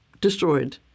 destroyed